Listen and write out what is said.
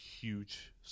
huge